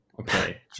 Okay